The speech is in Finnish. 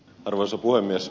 arvoisa puhemies